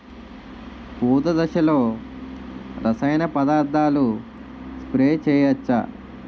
పూత దశలో రసాయన పదార్థాలు స్ప్రే చేయచ్చ?